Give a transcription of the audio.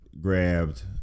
grabbed